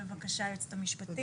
בבקשה היועצת המשפטית, תמי סלע.